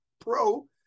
pro